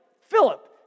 Philip